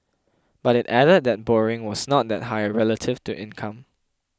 but it added that borrowing was not that high relative to income